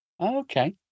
Okay